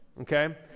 Okay